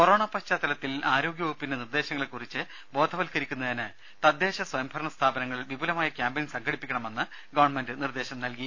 corona പശ്ചാത്തലത്തിൽ ആരോഗ്യ വകുപ്പിന്റെ നിർദേശങ്ങളെ കുറിച്ച് ബോധവത്കരിക്കുന്നതിന് തദ്ദേശ സ്വയംഭരണ സ്ഥാപനങ്ങൾ വിപുലമായ ക്യാംപയിൻ സംഘടിപ്പിക്കണമെന്ന് ഗവൺമെന്റ് നിർദേശിച്ചു